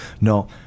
No